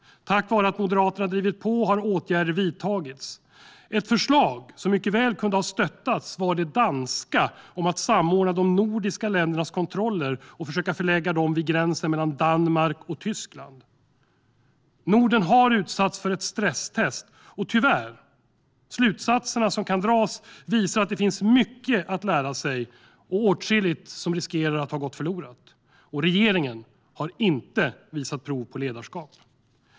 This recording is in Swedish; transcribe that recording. Tack vare att Moderaterna drivit på har åtgärder vidtagits. Ett förslag som mycket väl kunde ha stöttats var det danska förslaget om att samordna de nordiska ländernas kontroller och försöka förlägga dem vid gränsen mellan Danmark och Tyskland. Norden har utsatts för ett stresstest. Slutsatserna som kan dras visar tyvärr att det finns mycket att lära sig och åtskilligt som riskerar att ha gått förlorat. Regeringen har inte visat prov på ledarskap.